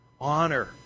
Honor